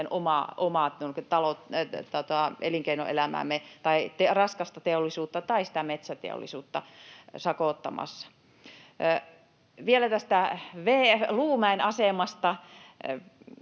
omaa elinkeinoelämäämme tai raskasta teollisuutta tai sitä metsäteollisuutta sakottamassa. Vielä tästä Luumäen asemasta.